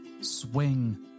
swing